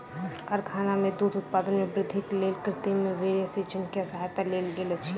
कारखाना में दूध उत्पादन में वृद्धिक लेल कृत्रिम वीर्यसेचन के सहायता लेल गेल अछि